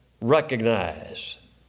recognize